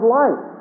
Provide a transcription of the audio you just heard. life